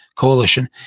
coalition